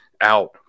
out